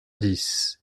dix